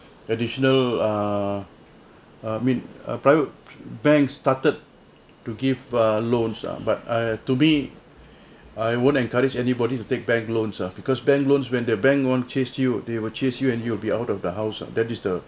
additional uh uh mean uh private banks started to give uh loans ah but I to me I won't encourage anybody to take bank loans ah because bank loans when the bank loan chased you they will chase you and you'll be out of the house ah that is the